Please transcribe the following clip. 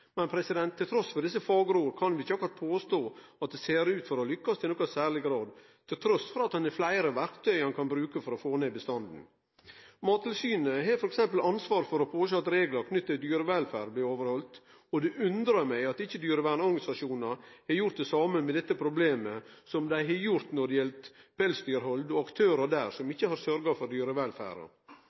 Men trass i desse fagre orda kan vi ikkje akkurat påstå at dette ser ut for å lykkast i nokon særleg grad, trass i at ein har fleire verktøy ein kan bruke for å få ned bestanden. Mattilsynet har f.eks. ansvaret for å sjå til at reglar knytte til dyrevelferd blir haldne, og det undrar meg at ikkje dyrevernorganisasjonar har gjort det same med dette problemet som dei har gjort når det gjeld pelsdyrhald og aktørar der som ikkje har sørgt for dyrevelferda.